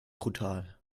brutal